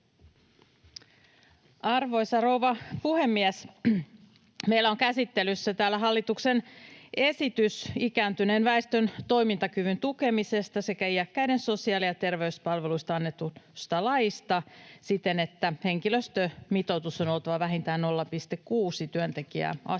Arvoisa rouva puhemies! Meillä on käsittelyssä täällä hallituksen esitys ikääntyneen väestön toimintakyvyn tukemisesta sekä iäkkäiden sosiaali- ja terveyspalveluista annetusta laista siten, että henkilöstömitoituksen on oltava vähintään 0,6 työntekijää asiakasta